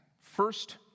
First